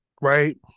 right